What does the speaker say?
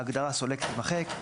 ההגדרה "סולק" תימחק.